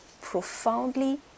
profoundly